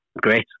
great